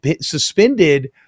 suspended